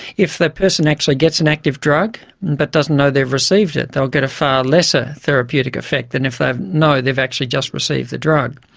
if the person actually gets an active drug but doesn't know they've received it they'll get a far lesser therapeutic effect than if they know they've actually just received the drug,